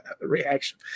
reaction